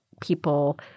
People